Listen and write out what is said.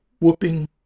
whooping